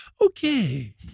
Okay